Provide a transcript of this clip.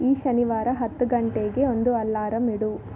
ಈ ಶನಿವಾರ ಹತ್ತು ಗಂಟೆಗೆ ಒಂದು ಅಲ್ಲಾರಂ ಇಡು